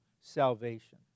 salvation